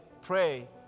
pray